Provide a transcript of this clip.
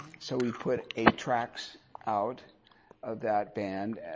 so we put eight tracks out of that band.